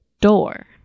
Door